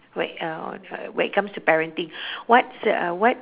whe~ uh when it comes to parenting what's uh what